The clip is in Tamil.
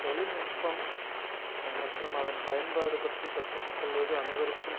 தொழில்நுட்பம் மற்றும் அதன் பயன்பாடு பற்றி கற்றுக்கொள்வது அனைவருக்கும்